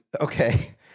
Okay